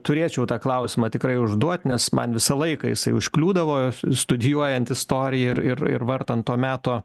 turėčiau tą klausimą tikrai užduot nes man visą laiką jisai užkliūdavo studijuojant istoriją ir ir ir vartant to meto